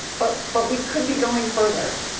but but we could be going further.